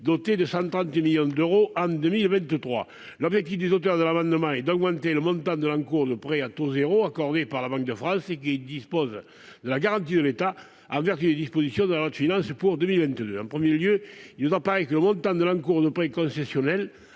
dotée de 130 millions d'euros en 2023. Cet amendement vise à augmenter le montant de l'encours de prêts à taux zéro accordés par la Banque de France, qui bénéficient de la garantie de l'État en vertu des dispositions de la loi de finances pour 2022. En premier lieu, le montant de l'encours des prêts concessionnels